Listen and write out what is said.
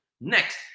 Next